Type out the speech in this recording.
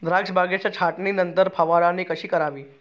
द्राक्ष बागेच्या छाटणीनंतर फवारणी कशी करावी?